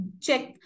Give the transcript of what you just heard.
check